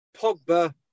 Pogba